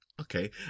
okay